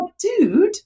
Dude